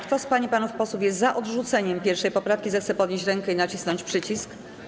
Kto z pań i panów posłów jest za odrzuceniem 1. poprawki, zechce podnieść rękę i nacisnąć przycisk.